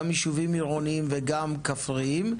גם יישובים עירונים וגם כפריים,